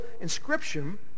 inscription